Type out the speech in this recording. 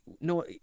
no